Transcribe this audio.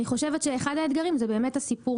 אני חושבת שאחד האתגרים זה באמת הסיפור